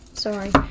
Sorry